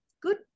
good